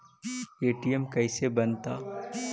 ATM कैसे बनता?